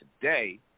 Today